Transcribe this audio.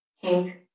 pink